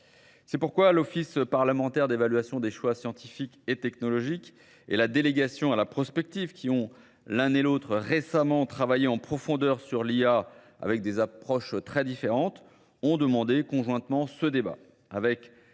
C'est pourquoi l'Office parlementaire d'évaluation des choix scientifiques et technologiques et la délégation à la prospective, qui ont l'un et l'autre récemment travaillé en profondeur sur l'IA avec des approches très différentes, ont demandé conjointement ce débat.